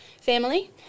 family